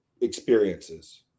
experiences